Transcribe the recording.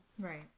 Right